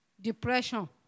depression